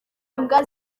imbwa